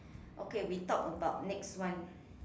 okay we talk about next one